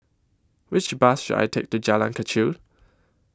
Which Bus should I Take to Jalan Kechil